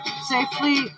safely